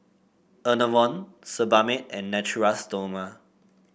Enervon Sebamed and Natura Stoma